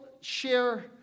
share